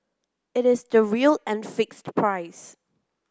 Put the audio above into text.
it is the real and fixed price